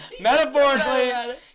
metaphorically